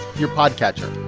you're podcatcher.